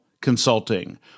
consulting